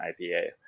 IPA